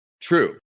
True